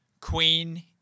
Queen